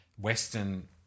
Western